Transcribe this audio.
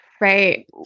Right